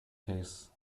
case